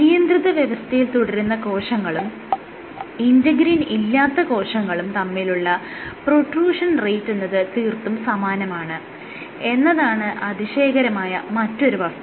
നിയന്ത്രിത വ്യവസ്ഥയിൽ തുടരുന്ന കോശങ്ങളും ഇന്റെഗ്രിൻ ഇല്ലാത്ത കോശങ്ങളും തമ്മിലുള്ള പ്രൊട്രൂഷൻ റേറ്റ് എന്നത് തീർത്തും സമാനമാണ് എന്നതാണ് അതിശയകരമായ മറ്റൊരു വസ്തുത